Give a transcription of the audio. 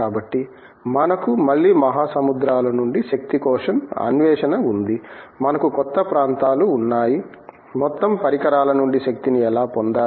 కాబట్టి మనకు మళ్ళీ మహాసముద్రాల నుండి శక్తి కోసం అన్వేషణ ఉంది మనకు క్రొత్త ప్రాంతాలు ఉన్నాయి మొత్తం పరికరాల నుండి శక్తిని ఎలా పొందాలి